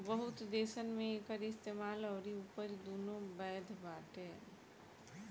बहुत देसन मे एकर इस्तेमाल अउरी उपज दुनो बैध बावे